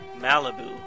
Malibu